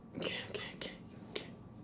okay okay okay K